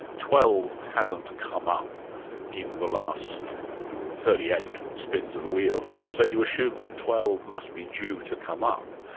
twelve hasn't come up in the last thirty eight spins of the wheel, so you assume that twelve must be due to come up.